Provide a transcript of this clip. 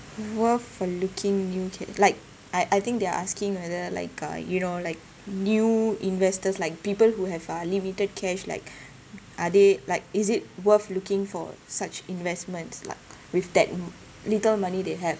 worth for looking new kay like I I think they're asking whether like uh you know like new investors like people who have uh limited cash like are they like is it worth looking for such investments like with that little money they have